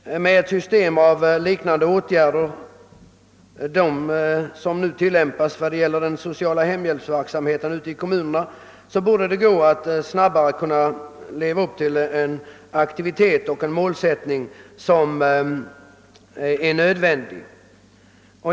Med ett system av liknande åtgärder som de som nu tillämpas för den sociala hemhjälpsverksamheten i kommunerna borde man snabbare kunna åstadkomma den aktivitet och målsättning som är nödvändig.